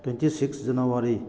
twenty six January